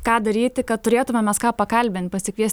ką daryti kad turėtume mes ką pakalbint pasikviest